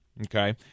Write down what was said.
Okay